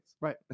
right